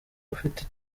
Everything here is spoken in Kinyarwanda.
ufite